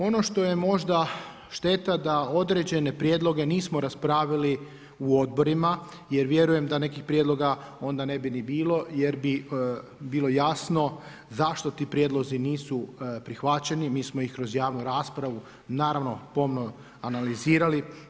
Ono što je možda šteta da određene prijedloge nismo raspravili u odborima jer vjerujem da nekih prijedloga onda ne bi ni bilo jer bi bilo jasno zašto ti prijedlozi nisu prihvaćeni, mi smo ih kroz javnu raspravu naravno pomno analizirali.